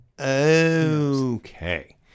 Okay